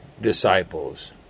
disciples